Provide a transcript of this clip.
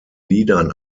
liedern